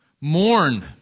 Mourn